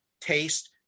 taste